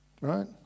right